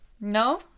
No